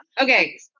Okay